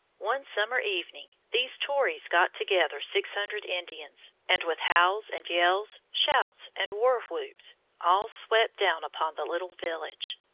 one summer evening, these tories got together six hundred indians, and with howls and yells, shouts and war-whoops, all swept down upon the little village.